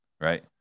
right